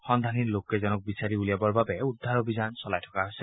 সন্ধানহীন লোককেইজনক বিচাৰি উলিয়াবৰ বাবে উদ্দাৰ অভিযান চলাই থকা হৈছে